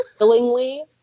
willingly